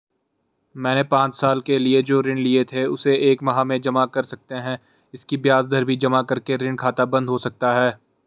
मैंने पांच साल के लिए जो ऋण लिए थे उसे एक माह में जमा कर सकते हैं इसकी ब्याज दर भी जमा करके ऋण खाता बन्द हो सकता है?